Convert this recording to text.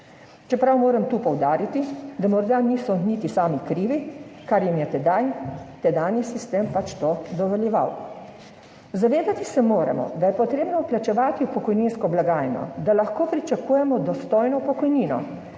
Čeprav moram tu poudariti, da morda niso niti sami krivi, kar jim je tedaj tedanji sistem pač to dovoljeval. Zavedati se moramo, da je potrebno vplačevati v pokojninsko blagajno, da lahko pričakujemo dostojno pokojnino.